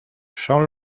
son